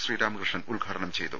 ശ്രീ രാമകൃഷ്ണൻ ഉദ്ഘാടനം ചെയ്തു